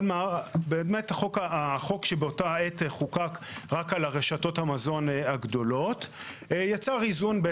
אבל החוק שבאותה עת חוקק רק על רשתות המזון הגדולות יצר איזון,